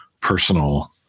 personal